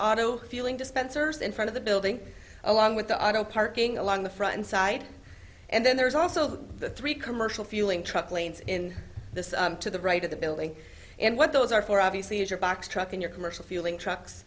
auto feeling dispensers in front of the building along with the i don't parking along the front side and then there's also the three commercial fueling truck lanes in the to the right of the building and what those are for obviously is your box truck in your commercial fueling trucks